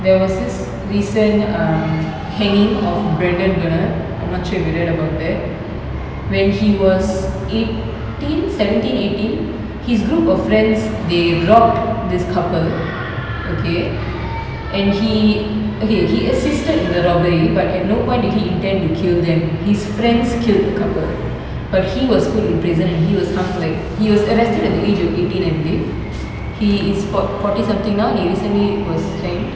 there was this recent um hanging of brandon bernard I'm not sure if you read about that when he was eighteen seventeen eighteen his group of friends they robbed this couple okay and he okay he assisted in the robbery but at no point did he intend to kill them his friends killed the couple but he was put in prison and he was hung like he was arrested at the age of eighteen I believe he is for~ forty something now and he recently was hanged